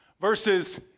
verses